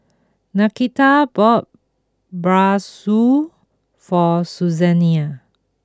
Nakita bought Bratwurst for Susanne